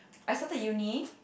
I started uni